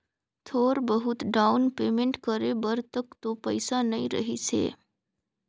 थोर बहुत down payment करे बर तक तो पइसा नइ रहीस हे